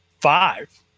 five